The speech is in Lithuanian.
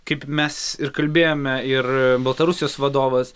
kaip mes ir kalbėjome ir baltarusijos vadovas